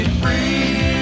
free